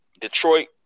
Detroit